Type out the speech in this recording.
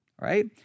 right